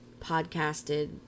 podcasted